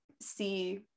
see